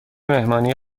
مهمانی